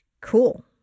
cool